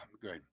great